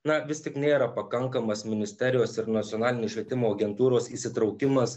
na vis tik nėra pakankamas ministerijos ir nacionalinės švietimo agentūros įsitraukimas